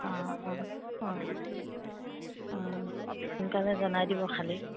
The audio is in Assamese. অঁ অঁ অঁ অঁ সোনকালে জনাই দিব খালী